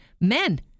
men